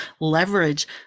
leverage